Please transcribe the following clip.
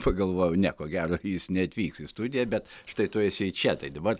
pagalvojau ne ko gero jis neatvyks į studiją bet štai tu esi čia tai dabar